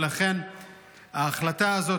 ולכן ההחלטה הזאת,